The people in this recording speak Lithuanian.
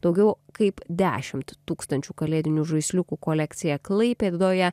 daugiau kaip dešimt tūkstančių kalėdinių žaisliukų kolekcija klaipėdoje